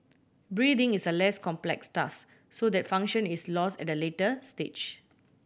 breathing is a less complex task so that function is lost at a later stage